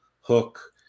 hook